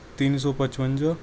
ਤਿੰਨ ਸੌ ਪਚਵੰਜਾ